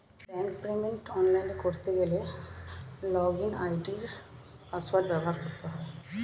ব্যাঙ্কের পেমেন্ট অনলাইনে করতে গেলে লগইন আই.ডি আর পাসওয়ার্ড ব্যবহার করতে হয়